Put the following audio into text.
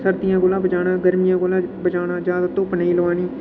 सर्दियें कोला बचाना गर्मियें कोला बचाना जैदा धुप्प नेई लोआनी